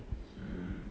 mm